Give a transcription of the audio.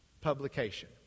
publication